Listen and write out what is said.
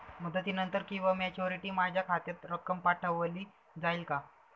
मुदतीनंतर किंवा मॅच्युरिटी माझ्या खात्यात रक्कम पाठवली जाईल का?